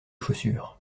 chaussures